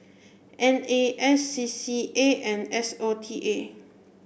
N A S C C A and S O T A